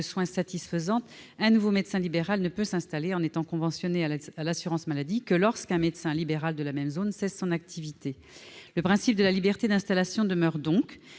un nouveau médecin libéral ne peut s'installer en étant conventionné à l'assurance maladie que lorsqu'un médecin libéral de la même zone cesse son activité. Le principe de la liberté d'installation demeure donc,